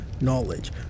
knowledge